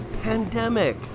pandemic